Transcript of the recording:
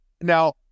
Now